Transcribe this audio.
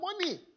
money